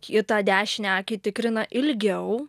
kitą dešinę akį tikrina ilgiau